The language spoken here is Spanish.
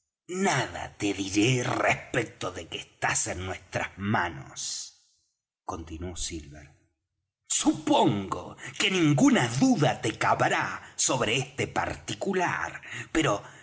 nada te diré respecto de que estás en nuestras manos continuó silver supongo que ninguna duda te cabrá sobre este particular pero